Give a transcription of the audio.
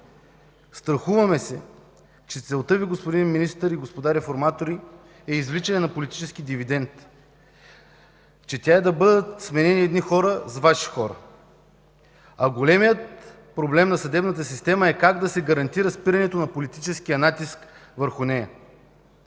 Страхуваме се, че целта Ви, господин министър и господа реформатори, е извличане на политически дивидент, да бъдат сменени едни хора с Ваши хора. А големият проблем на съдебната система е как да се гарантира спирането на политическия натиск върху нея.